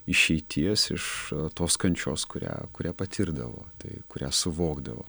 išeities iš tos kančios kurią kurią patirdavo tai kurią suvokdavo